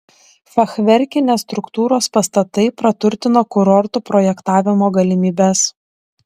fachverkinės struktūros pastatai praturtino kurortų projektavimo galimybes